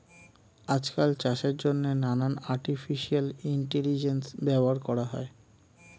আজকাল চাষের জন্যে নানান আর্টিফিশিয়াল ইন্টেলিজেন্স ব্যবহার করা হয়